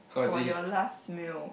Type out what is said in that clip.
for your last meal